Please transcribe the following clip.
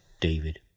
David